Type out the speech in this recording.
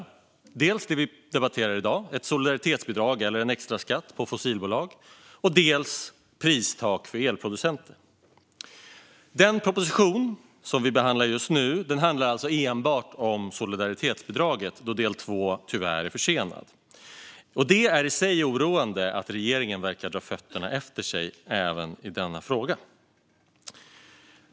Det är dels det vi debatterar i dag, ett solidaritetsbidrag, extra skatt, på fossilbolag, dels pristak för elproducenter. Den proposition som vi behandlar just nu handlar enbart om solidaritetsbidraget. Del två är tyvärr försenad. Och det är i sig oroande att regeringen verkar dra fötterna efter sig även i denna fråga.